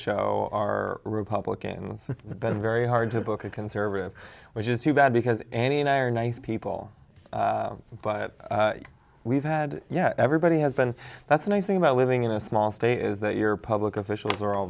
show are republican and it's been very hard to book a conservative which is too bad because annie and i are nice people but we've had yet everybody has been that's nice thing about living in a small state is that your public officials are all